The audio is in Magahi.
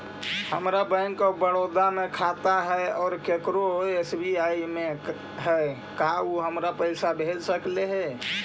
हमर बैंक ऑफ़र बड़ौदा में खाता है और केकरो एस.बी.आई में है का उ हमरा पर पैसा भेज सकले हे?